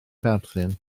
perthyn